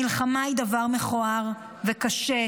מלחמה היא דבר מכוער וקשה.